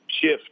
shift